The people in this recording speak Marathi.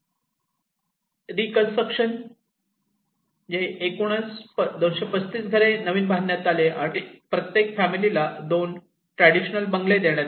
रीकन्स्ट्रक्शन एकूण 235 घरे नवीन बांधण्यात आले आणि प्रत्येक फॅमिलीला दोन ट्रॅडिशनल बंगले देण्यात आले